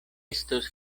estos